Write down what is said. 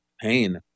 pain